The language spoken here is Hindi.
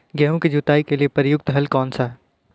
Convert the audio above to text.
गेहूँ की जुताई के लिए प्रयुक्त हल कौनसा है?